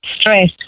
stress